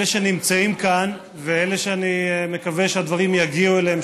אלה שנמצאים כאן ואלה שאני מקווה שהדברים יגיעו אליהם,